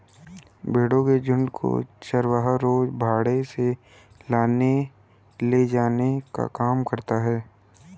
भेंड़ों के झुण्ड को चरवाहा रोज बाड़े से लाने ले जाने का काम करता है